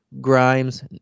Grimes